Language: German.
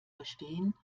verstehen